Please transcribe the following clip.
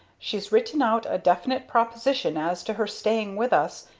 she's written out a definite proposition as to her staying with us,